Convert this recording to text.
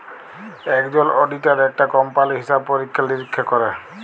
একজল অডিটার একটা কম্পালির হিসাব পরীক্ষা লিরীক্ষা ক্যরে